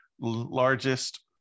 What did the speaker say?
largest